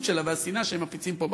שלהם והשנאה שהם מפיצים פה בכנסת.